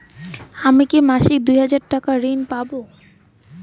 আমি কি মাসিক দুই হাজার টাকার ঋণ পাব?